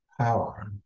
power